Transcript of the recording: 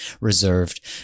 reserved